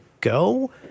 go